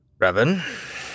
Revan